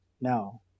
No